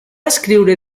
escriure